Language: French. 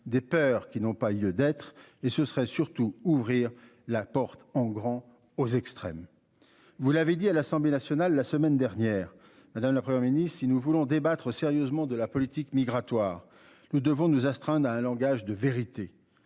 des peurs qui n'ont pas lieu d'être et ce serait surtout ouvrir la porte en grand aux extrêmes. Vous l'avez dit à l'Assemblée nationale la semaine dernière. Madame, la Première ministre. Si nous voulons débattre sérieusement de la politique migratoire. Nous devons nous astreindre à un langage de vérité